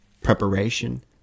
Preparation